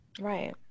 Right